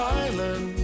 island